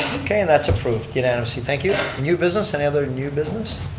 okay, and that's approved unanimously, thank you. new business, any other new business?